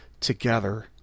together